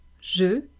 Je